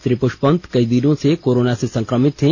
श्री पुस्पवंत कई दिनों से कोरोना से संक्रमित थे